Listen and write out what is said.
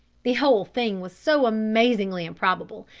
the whole thing was so amazingly improbable.